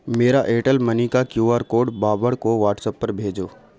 میرا Airtel money کا Q R code Babar کو واٹسیپ پر بھیجو